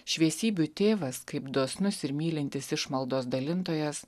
šviesybių tėvas kaip dosnus ir mylintis išmaldos dalintojas